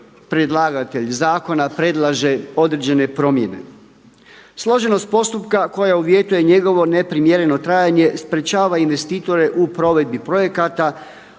predlagatelj zakona predlaže određene promjene. Složenost postupka koja uvjetuje njegovo neprimjereno trajanje sprječava investitore u provedbi projekata